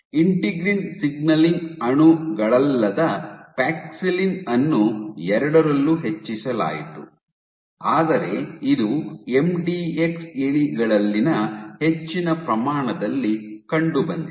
integrin signalling ಅಣುಗಳಲ್ಲದ paxillin ಅನ್ನು ಎರಡರಲ್ಲೂ ಹೆಚ್ಚಿಸಲಾಯಿತು ಆದರೆ ಇದು ಎಂಡಿಎಕ್ಸ್ ಇಲಿಗಳಲ್ಲಿ ಹೆಚ್ಚಿನ ಪ್ರಮಾಣದಲ್ಲಿ ಕಂಡುಬಂದಿದೆ